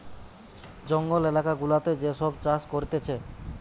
জঙ্গল এলাকা গুলাতে যে সব চাষ করতিছে